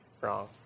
Wrong